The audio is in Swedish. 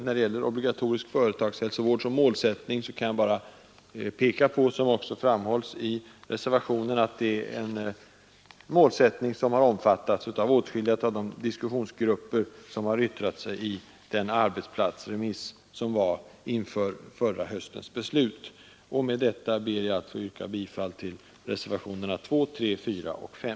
När det gäller obligatorisk företagshälsovård som målsättning kan jag, som också framhålls i reservationen 5, peka på att det är en målsättning som har stöd från åtskilliga av de diskussionsgrupper som har yttrat sig under arbetsplatsremissen inför förra höstens beslut. Med detta, herr talman, ber jag att få yrka bifall till reservationerna 2, 3, 4 och 5.